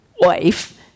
wife